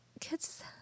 kids